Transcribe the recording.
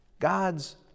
God's